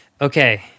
Okay